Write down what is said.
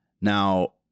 Now